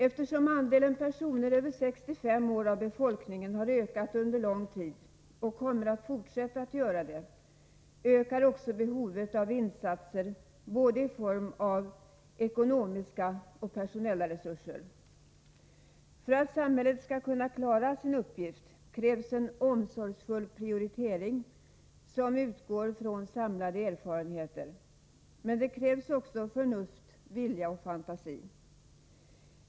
Eftersom andelen personer av befolkningen över 65 år har ökat under lång tid och kommer att fortsätta att göra det, ökar också behovet av insatser i form av både ekonomiska och personella resurser. För att samhället skall kunna klara sin uppgift krävs en omsorgsfull prioritering som utgår från samlade erfarenheter. Men det krävs också Nr 105 förnuft, vilja och fantasi.